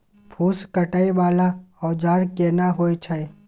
फूस काटय वाला औजार केना होय छै?